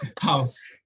house